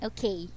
Okay